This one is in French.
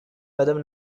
madame